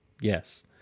Yes